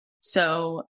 So-